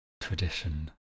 Tradition